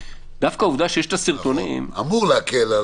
אמור להקל.